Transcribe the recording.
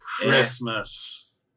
Christmas